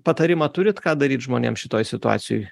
patarimą turit ką daryt žmonėm šitoj situacijoj